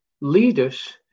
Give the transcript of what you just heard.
leaders